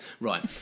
right